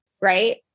right